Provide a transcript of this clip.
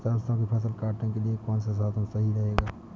सरसो की फसल काटने के लिए कौन सा साधन सही रहेगा?